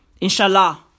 Inshallah